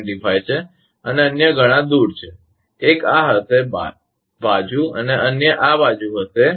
25 છે અને અન્ય ઘણા દૂર છે એક આ હશે બાજુ અને અન્ય આ બાજુ હશે